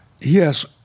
Yes